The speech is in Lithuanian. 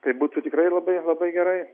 tai būtų tikrai labai labai gerai